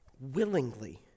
willingly